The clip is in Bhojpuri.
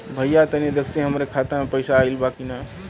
भईया तनि देखती हमरे खाता मे पैसा आईल बा की ना?